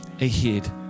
ahead